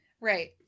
Right